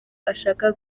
ashaka